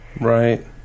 Right